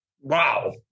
Wow